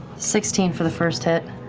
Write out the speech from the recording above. sixteen for the first hit.